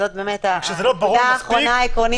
כשהסעיף לא ברור מספיק,